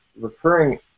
recurring